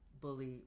bully